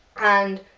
and,